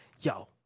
Yo